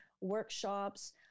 workshops